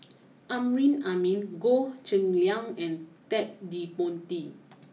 Amrin Amin Goh Cheng Liang and Ted De Ponti